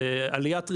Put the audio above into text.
עליית ריבית,